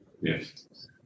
Yes